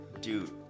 Dude